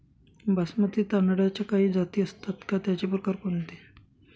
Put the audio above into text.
बासमती तांदळाच्या काही जाती असतात का, त्याचे प्रकार कोणते?